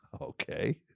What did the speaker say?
Okay